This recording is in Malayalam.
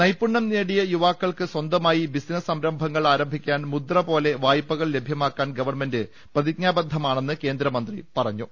നൈപുണ്യം നേടിയ യുവാക്കൾക്ക് സ്വന്തമായി ബിസിനസ്സ് സംരംഭങ്ങൾ ആരംഭിക്കാൻ മുദ്ര പോലെ വായ്പകൾ ലഭ്യമാക്കാൻ ഗവൺമെന്റ് പ്രതിജ്ഞാ ബദ്ധമാണെന്ന് കേന്ദ്രമന്ത്രി പറഞ്ഞു